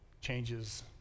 changes